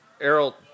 Errol